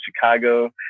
Chicago